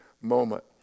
moment